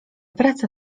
praca